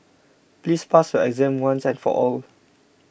please pass your exam once and for all